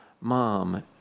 mom